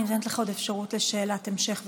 אני נותנת לך אפשרות לשאלת המשך בתגובה.